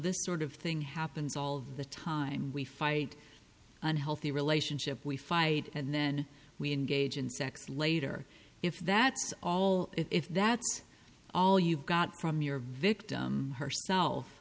this sort of thing happens all the time we fight unhealthy relationship we fight and then we engage in sex later if that's all if that's all you've got from your victim